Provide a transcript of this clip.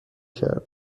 کردم